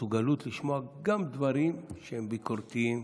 מסוגלות לשמוע גם דברים שהם ביקורתיים.